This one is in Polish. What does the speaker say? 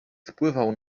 spływał